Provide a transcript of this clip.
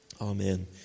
Amen